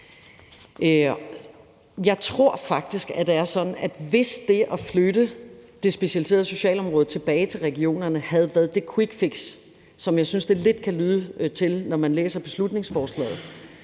det er sådan, at hvis det at flytte det specialiserede socialeområde tilbage til regionerne havde været det quickfix, som jeg synes det lidt kan lyde til, når man læser beslutningsforslaget,